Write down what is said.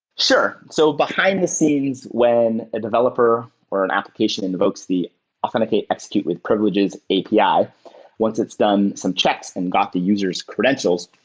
sure. so behind-the-scenes, when a developer or an application invokes the authenticate execute with privileges api, once it's done some checks and got the user's credentials,